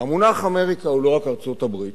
והמונח "אמריקה" הוא לא רק ארצות-הברית,